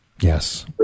Yes